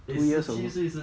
two years ago